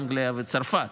אנגליה וצרפת,